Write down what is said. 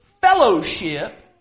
fellowship